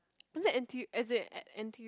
is that N_T_U as in N N_T_U